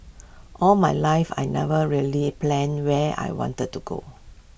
all my life I never really planned where I wanted to go